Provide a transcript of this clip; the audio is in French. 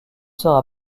sera